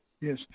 yes